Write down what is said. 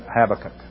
Habakkuk